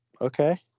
okay